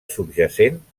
subjacent